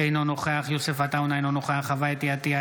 אינו נוכח יוסף עטאונה, אינו נוכח חוה אתי עטייה,